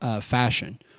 fashion